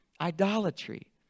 idolatry